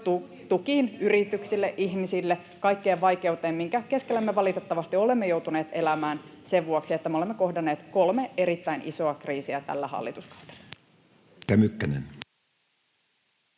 tukiin yrityksille, ihmisille, kaikkeen vaikeuteen, minkä keskellä me valitettavasti olemme joutuneet elämään sen vuoksi, että me olemme kohdanneet kolme erittäin isoa kriisiä tällä hallituskaudella. [Speech